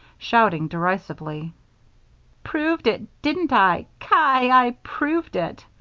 shouting derisively proved it, didn't i? ki! i proved it.